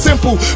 Simple